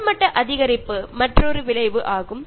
கடல் மட்ட அதிகரிப்பு மற்றொரு விளைவு ஆகும்